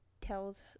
tells